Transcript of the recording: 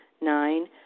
Nine